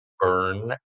burn